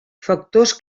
factors